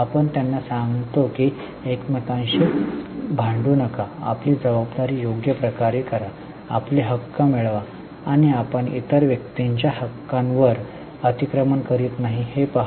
आपण त्यांना सांगतो की एकमेकांशी भांडु नका आपली जबाबदारी योग्य प्रकारे करा आपले हक्क मिळवा आणि आपण इतर व्यक्तींच्या हक्कांवर अतिक्रमण करीत नाही हे पहा